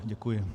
Děkuji.